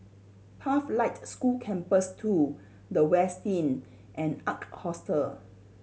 Pathlight School Campus Two The Westin and Ark Hostel